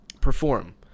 perform